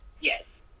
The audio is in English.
Yes